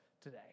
today